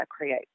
create